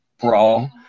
brawl